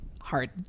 hard